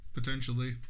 Potentially